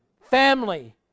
family